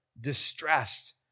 distressed